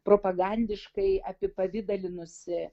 propagandiškai apipavidalinusi